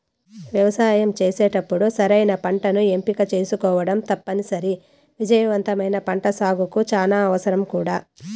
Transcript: వ్యవసాయం చేసేటప్పుడు సరైన పంటను ఎంపిక చేసుకోవటం తప్పనిసరి, విజయవంతమైన పంటసాగుకు చానా అవసరం కూడా